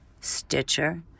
Stitcher